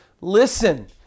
listen